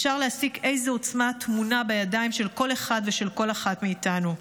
אפשר להסיק איזו עוצמה טמונה בידיים של כל אחד ושל כל אחת מאיתנו.